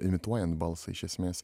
imituojant balsą iš esmės